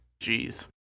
Jeez